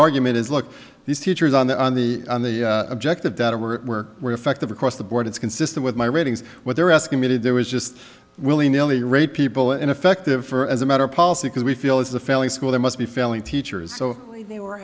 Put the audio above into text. argument is look these teachers on the on the on the objective data are reflective across the board it's consistent with my ratings what they're asking me to do was just willy nilly rate people ineffective for as a matter of policy because we feel is the failing school there must be failing teachers so if they were